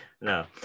No